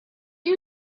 you